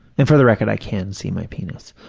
and for the record, i can see my penis.